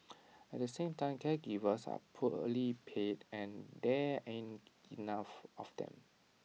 at the same time caregivers are poorly paid and there aren't enough of them